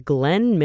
Glenn